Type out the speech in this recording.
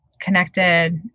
connected